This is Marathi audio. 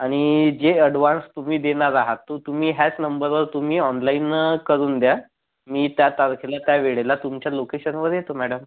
आणि जे अडवांस तुम्ही देणार आहात तो तुम्ही ह्याच नंबरवर तुम्ही ऑनलाइन करून द्या मी त्या तारखेला त्या वेळेला तुमच्या लोकेशनवर येतो मॅडम